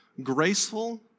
graceful